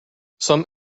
some